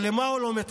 אבל למה הוא לא מתחבר?